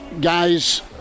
guys